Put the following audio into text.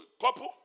couple